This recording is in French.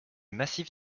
massif